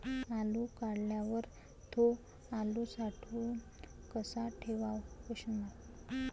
आलू काढल्यावर थो आलू साठवून कसा ठेवाव?